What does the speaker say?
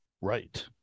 Right